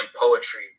poetry